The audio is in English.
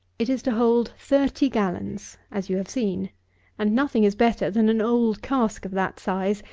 it is to hold thirty gallons, as you have seen and nothing is better than an old cask of that size,